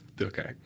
Okay